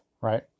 right